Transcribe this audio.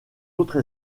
autres